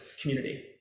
community